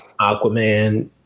Aquaman